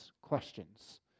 questions